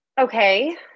Okay